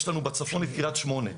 יש לנו בצפון את קריית שמונה.